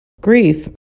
Grief